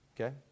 Okay